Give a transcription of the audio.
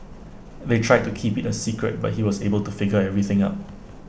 they tried to keep IT A secret but he was able to figure everything out